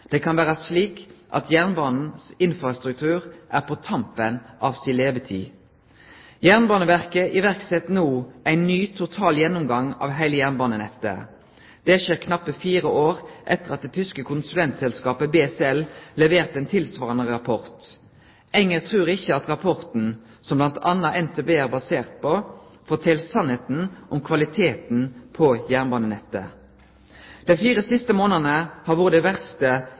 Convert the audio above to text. Det kan være slik at jernbanens infrastruktur er på tampen av sin levetid.» Jernbaneverket set no i verk ein ny total gjennomgang av heile jernbanenettet. Det skjer knapt fire år etter at det tyske konsulentselskapet BSL leverte ein tilsvarande rapport. Enger trur ikkje at rapporten, som bl.a. NTP er basert på, fortel sanninga om kvaliteten på jernbanenettet. Dei fire siste månadene har vore dei verste